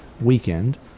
weekend